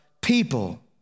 people